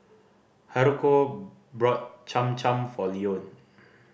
Haruko bought Cham Cham for Leone